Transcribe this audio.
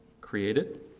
created